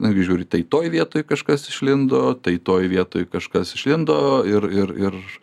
nagi žiūri tai toj vietoj kažkas išlindo tai toj vietoj kažkas išlindo ir ir ir